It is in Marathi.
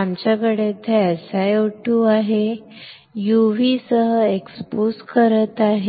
आमच्याकडे येथे SiO2 आहे आणि मी UV सह एक्सपोज करत आहे मी UV सोबत एक्सपोज करत आहे